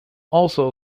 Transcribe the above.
also